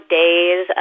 days